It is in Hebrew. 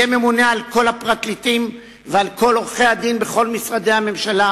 יהיה ממונה על כל הפרקליטים ועל כל עורכי-הדין בכל משרדי הממשלה.